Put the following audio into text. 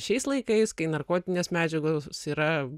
šiais laikais kai narkotinės medžiagos yra